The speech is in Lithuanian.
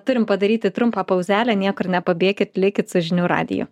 turim padaryti trumpą pauzelę niekur nepabėkit likit su žinių radiju